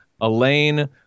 Elaine